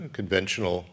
conventional